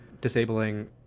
disabling